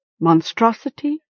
Monstrosity